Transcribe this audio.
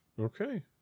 Okay